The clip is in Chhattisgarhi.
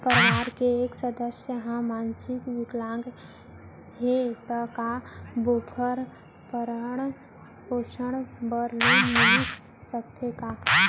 परवार के एक सदस्य हा मानसिक विकलांग हे त का वोकर भरण पोषण बर लोन मिलिस सकथे का?